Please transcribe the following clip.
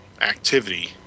activity